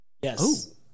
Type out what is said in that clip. Yes